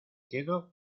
quedo